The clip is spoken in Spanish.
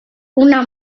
una